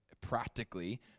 practically